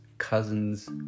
Cousin's